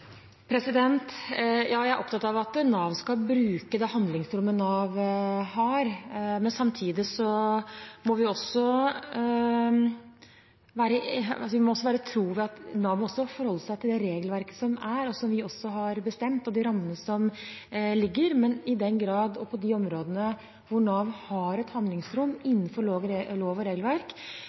Ja, jeg er opptatt av at Nav skal bruke det handlingsrommet Nav har, men samtidig må Nav forholde seg til det regelverket som er, som vi har bestemt, og de rammene som foreligger. I den grad og på de områdene hvor Nav har et handlingsrom innenfor lov og regelverk, skal de selvfølgelig kunne bruke det, men man kan ikke oppfordre Nav til å bryte noen lov eller regler før lov og